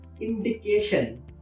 indication